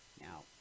Now